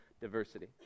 diversity